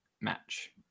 match